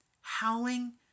howling